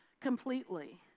completely